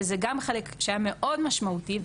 שזה גם חלק שהיה מאוד משמעותי,